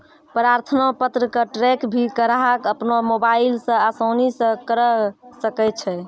प्रार्थना पत्र क ट्रैक भी ग्राहक अपनो मोबाइल स आसानी स करअ सकै छै